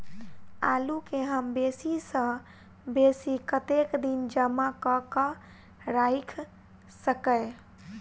आलु केँ हम बेसी सऽ बेसी कतेक दिन जमा कऽ क राइख सकय